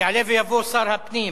יעלה ויבוא שר הפנים,